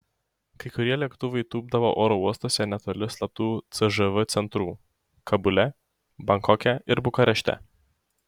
kai kurie lėktuvai tūpdavo oro uostuose netoli slaptų cžv centrų kabule bankoke ir bukarešte